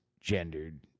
gendered